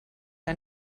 que